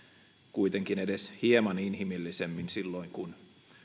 kuitenkin edes hieman inhimillisemmin silloin kun